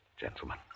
gentlemen